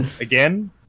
again